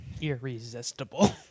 irresistible